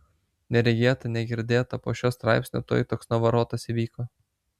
neregėta negirdėta po šio straipsnio tuoj toks navarotas įvyko